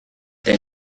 des